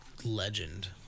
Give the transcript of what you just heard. Legend